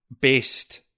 based